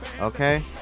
okay